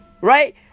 right